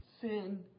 sin